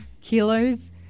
kilos